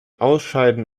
ausscheiden